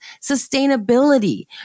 sustainability